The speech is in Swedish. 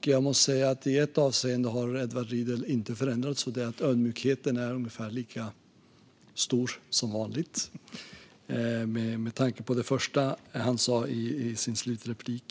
Jag måste säga att i ett avseende har Edward Riedl inte förändrats, och det är att ödmjukheten är ungefär lika stor som vanligt - med tanke på det första han sa i sitt slutanförande.